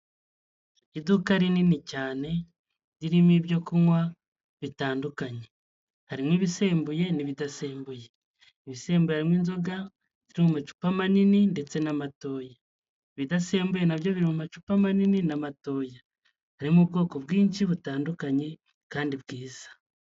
Iduka rinini cyane ririmo ibyo kunywa bitandukanye, harimo ibisembuye n'ibi bidasembuye, ibisembuye harimo inzoga ziri mu macupa manini ndetse n'amatoya, ibidasembuye nabyo biri mu macupa manini n'amatoya, harimo ubwoko bwinshi butandukanye kandi bwiza.